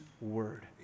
word